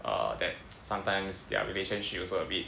uh that sometimes their relationship also a bit